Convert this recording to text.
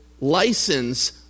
license